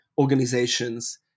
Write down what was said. organizations